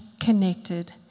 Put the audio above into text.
connected